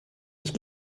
ich